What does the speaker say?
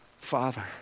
Father